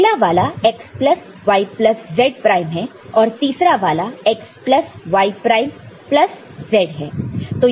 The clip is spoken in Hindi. अगला वाला x plus y plus z prime है और तीसरा वाला x plus y prime plus z है